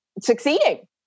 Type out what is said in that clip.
succeeding